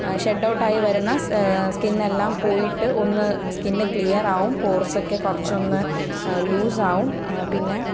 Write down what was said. shed ഔട്ടായി വരുന്ന skin എല്ലാം പോയിട്ട് ഒന്ന് സ്കിന്ന് ക്ലിയർ ആവും പോർസോക്കെ കുറച്ചൊന്ന് ലൂസ് ആവും പിന്നെ